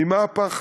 ממה הפחד?